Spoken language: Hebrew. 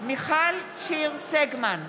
מיכל שיר סגמן,